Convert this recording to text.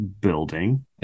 building